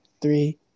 Three